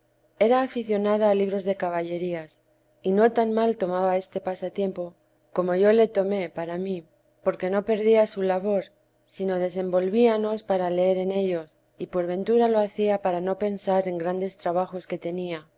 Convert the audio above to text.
era aficionada a libros de caballerías y no tan mal tomaba este pasatiempo como yo le tomé para mí porque no perdía su labor sino desenvolvíanos para leer en ellos y por ventura lo hacía para no pensar en grandes trabajos que tenía